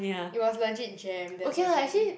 it was legit jam there's a jam